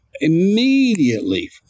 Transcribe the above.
immediately